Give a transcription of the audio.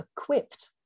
equipped